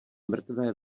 mrtvé